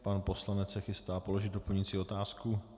Pan poslanec se chystá položit doplňující otázku.